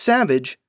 Savage